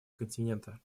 континента